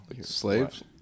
Slaves